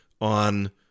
on